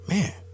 Man